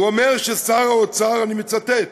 הוא אומר ששר האוצר, אני מצטט: